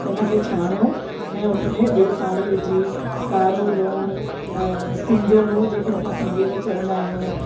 उन खे छाणियो ऐं उन में ॿियो पाणी विझी कारो लूणु सींधो लूणु जंहिंखे असां सिंधीअ में चवंदा आहियूं